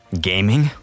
Gaming